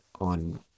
on